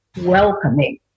welcoming